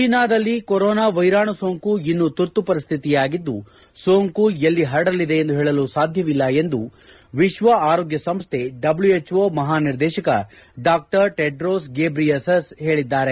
ಚೀನಾದಲ್ಲಿ ಕೊರೋನಾ ವೈರಾಣು ಸೋಂಕು ಇನ್ನೂ ತುರ್ತು ಪರಿಸ್ವಿತಿಯೇ ಆಗಿದ್ದು ಸೋಂಕು ಎಲ್ಲಿ ಪರಡಲದೆ ಎಂದು ಹೇಳಲು ಸಾಧ್ಯವಿಲ್ಲ ಎಂದು ವಿಶ್ವ ಆರೋಗ್ಲ ಸಂಸ್ಥೆ ಡಬ್ಲ್ಲೂಹೆಚ್ಓ ಮಹಾ ನಿರ್ದೇಶಕ ಡಾ ಟೆಡ್ರೋಸ್ ಗೆಬ್ರೆಯೆಸಸ್ ಹೇಳಿದ್ದಾರೆ